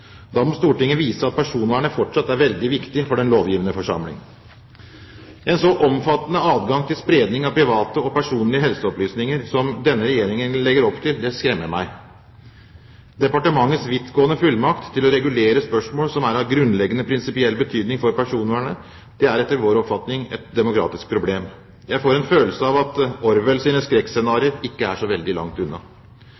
Da må Stortinget vise at personvernet fortsatt er veldig viktig for den lovgivende forsamling. En så omfattende adgang til spredning av private og personlige helseopplysninger som denne Regjeringen legger opp til, skremmer meg. Departementets vidtgående fullmakt til å regulere spørsmål som er av grunnleggende prinsipiell betydning for personvernet, er etter vår oppfatning et demokratisk problem. Jeg får en følelse av at Orwell sitt skrekkscenario